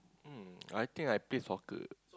um I think I play soccer